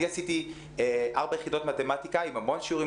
אני עשיתי 4 יחידות מתמטיקה עם המון שיעורים